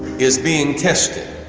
is being tested.